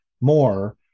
more